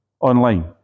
online